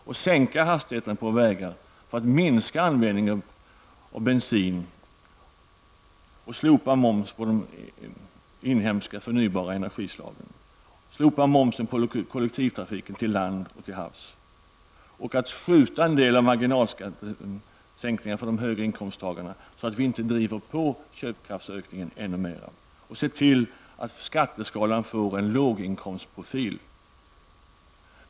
Vi kan sänka hastigheterna på vägarna för att minska användningen av bensin och slopa momsen på de inhemska, förnybara energislagen. Vi kan slopa momsen på kollektivtrafiken till lands och till havs. Vi kan skjuta på en del av marginalskattesäkningen för höginkomsttagarna, så att vi inte driver på köpkraftsökningen ännu mer. Vi kan se till att skatteskalan får en låginkomstprofil.